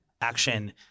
action